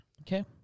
Okay